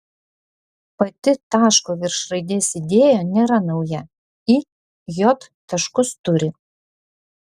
pati taško virš raidės idėja nėra nauja i j taškus turi